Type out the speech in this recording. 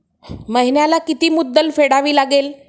महिन्याला किती मुद्दल फेडावी लागेल?